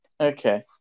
Okay